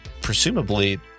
presumably